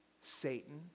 Satan